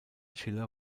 schiller